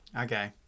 Okay